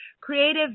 creative